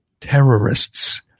terrorists